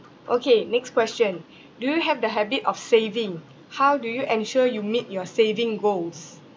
okay next question do you have the habit of saving how do you ensure you meet your saving goals